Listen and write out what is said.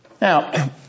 Now